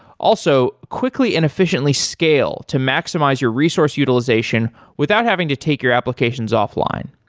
also, quickly and efficiently scale to maximize your resource utilization without having to take your applications offline.